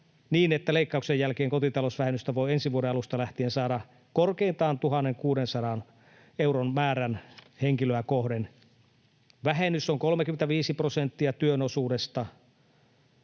niin, että leikkauksen jälkeen kotitalousvähennystä voi ensi vuoden alusta lähtien saada korkeintaan 1 600 euron määrän henkilöä kohden. Vähennys on 35 prosenttia työn osuudesta,